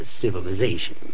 civilization